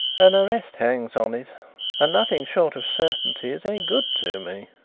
an arrest hangs on it and nothing short of certainty is any good to me.